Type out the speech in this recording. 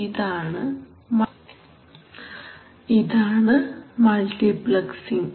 ഇതാണ് മൾട്ടിപ്ലക്സിംഗ്